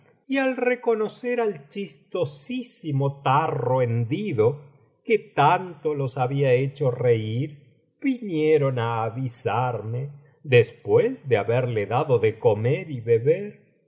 y al reconocer al chistosísimo tarro hendido que tanto los había hecho reír vinieron á avisarme después de haberle dado de comer y beber y